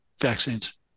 vaccines